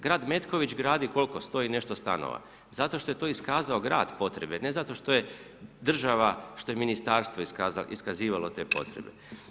Grad Metković gradi koliko sto i nešto stanova zato što je to iskazao grad potrebe, ne zato što je država, što je ministarstvo iskazivalo te potrebe.